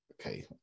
okay